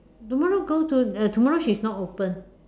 tomorrow go to uh tomorrow she is not open